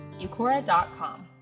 Eucora.com